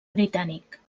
britànic